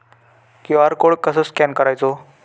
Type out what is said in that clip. QR code कसो scan करायचो?